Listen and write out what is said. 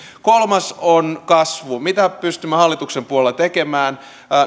kolmas on kasvu mitä me pystymme hallituksen puolella tekemään